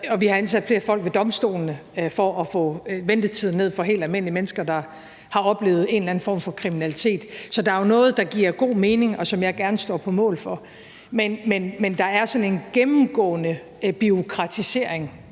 vi har ansat flere folk ved domstolene for at få ventetiderne ned for helt almindelige mennesker, der har oplevet en eller anden form for kriminalitet. Så der er jo noget, der giver god mening, og som jeg gerne står på mål for. Men der er sådan en gennemgående bureaukratisering